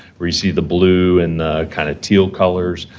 where you see the blue and the kind of teal colors,